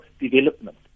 development